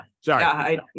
sorry